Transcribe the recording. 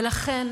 ולכן